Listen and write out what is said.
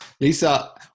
Lisa